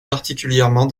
particulièrement